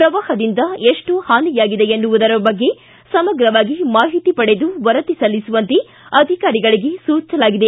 ಪ್ರವಾಹದಿಂದ ಎಷ್ಟು ಹಾನಿಯಾಗಿದೆ ಎನ್ನುವುದರ ಬಗ್ಗೆ ಸಮಗ್ರವಾಗಿ ಮಾಹಿತಿ ಪಡೆದು ವರದಿ ಸಲ್ಲಿಸುವಂತೆ ಅಧಿಕಾರಿಗಳಿಗೆ ಸೂಚಿಸಲಾಗಿದೆ